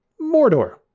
Mordor